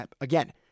again